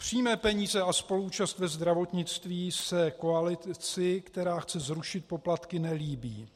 Přímé peníze a spoluúčast ve zdravotnictví se koalici, která chce zrušit poplatky, nelíbí.